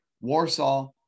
Warsaw